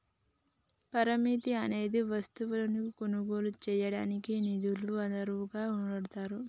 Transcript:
పరపతి అనేది వస్తువులను కొనుగోలు చేయడానికి నిధులను అరువుగా వాడతారు